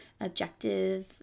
objective